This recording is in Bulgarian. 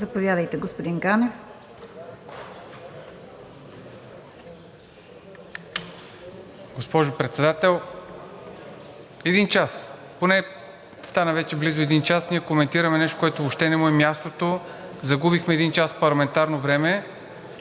Заповядайте, господин Ганев.